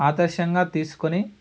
ఆదర్శంగా తీసుకుని